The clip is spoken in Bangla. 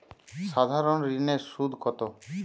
সাধারণ ঋণের সুদ কত?